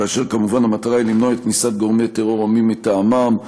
וכמובן המטרה היא למנוע כניסת גורמי טרור או מי מטעמם.